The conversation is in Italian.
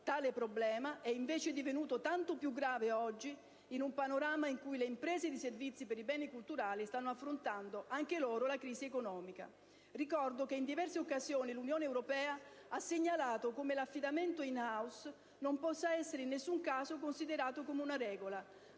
tale problema è invece divenuto tanto più grave oggi, in un panorama in cui le imprese di servizi per i beni culturali stanno affrontando, anche loro, la crisi economica. Ricordo che in diverse occasioni l'Unione europea ha segnalato come l'affidamento *in house* non possa essere in nessun caso considerato come una regola,